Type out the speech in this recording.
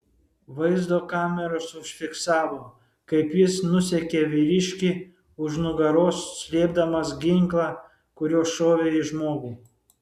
vaizdo kameros užfiksavo kaip jis nusekė vyriškį už nugaros slėpdamas ginklą kuriuo šovė į žmogų